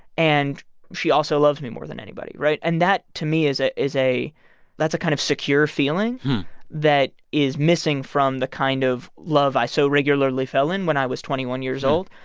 and she also loves me more than anybody, right? and that to me is ah is a that's a kind of secure feeling that is missing from the kind of love i so regularly fell in when i was twenty one years old.